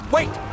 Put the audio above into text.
Wait